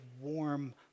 warm